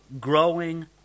growing